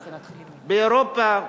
באירופה,